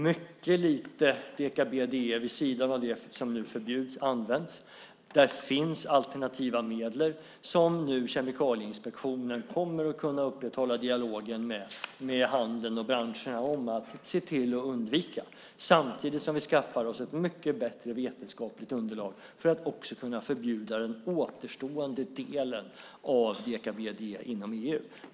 Mycket lite deka-BDE används vid sidan av det som nu förbjuds. Det finns alternativa medel. Kemikalieinspektionen kommer att kunna upprätthålla dialogen med handeln och branscherna om att se till att undvika dessa - detta samtidigt som vi skaffar oss ett mycket bättre vetenskapligt underlag för att också kunna förbjuda den återstående delen av deka-BDE inom EU.